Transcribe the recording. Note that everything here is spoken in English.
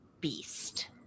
beast